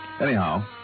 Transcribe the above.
Anyhow